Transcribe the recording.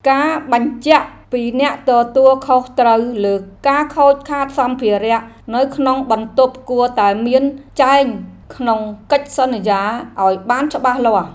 ការបញ្ជាក់ពីអ្នកទទួលខុសត្រូវលើការខូចខាតសម្ភារៈនៅក្នុងបន្ទប់គួរតែមានចែងក្នុងកិច្ចសន្យាឱ្យបានច្បាស់លាស់។